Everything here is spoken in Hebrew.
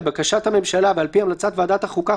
לבקשת הממשלה ועל פי המלצת ועדת החוקה,